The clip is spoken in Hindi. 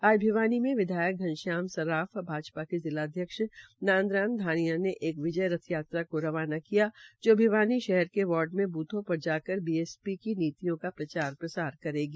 आज भिवानी में विधायक घनशाम सर्राफ व भाजपा के जिलाध्यक्ष नादशन धानियां ने एक विजय सकंल्प रथ यात्रा को रवाना किया जो भिवानी शहर के वार्ड में बुथों पर जाकर बीजेपी की नीतियों का प्रचार प्रसार करेगी